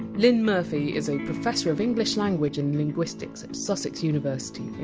lynne murphy is a professor of english language and linguistics at sussex university.